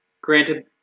granted